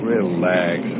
Relax